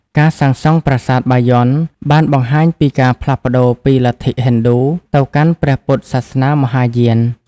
ការសាងសង់ប្រាសាទបាយ័នបានបង្ហាញពីការផ្លាស់ប្តូរពីលទ្ធិហិណ្ឌូទៅកាន់ព្រះពុទ្ធសាសនាមហាយាន។